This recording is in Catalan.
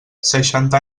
seixanta